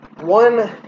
One